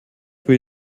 will